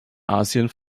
asien